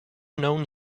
known